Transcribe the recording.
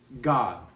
God